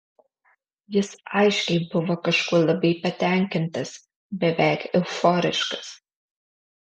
jis aiškiai buvo kažkuo labai patenkintas beveik euforiškas